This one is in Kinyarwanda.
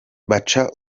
baca